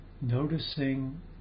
noticing